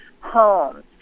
homes